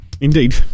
indeed